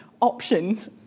options